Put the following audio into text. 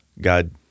God